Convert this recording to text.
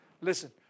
Listen